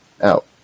out